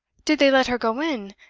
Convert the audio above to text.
did they let her go in,